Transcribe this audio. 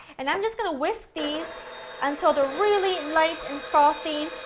and i'm just going to whisk these until they're really light and frothy,